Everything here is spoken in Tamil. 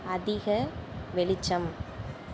அதிக வெளிச்சம்